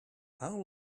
how